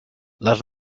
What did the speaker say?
les